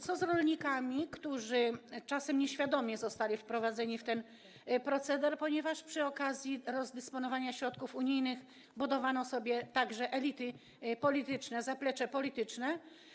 Co z rolnikami, którzy czasem nieświadomie zostali wprowadzeni w ten proceder, ponieważ przy okazji rozdysponowania środków unijnych budowano także elity, zaplecze polityczne?